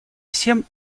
всем